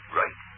right